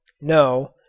No